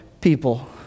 people